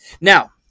Now